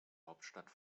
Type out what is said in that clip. hauptstadt